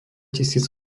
tisíc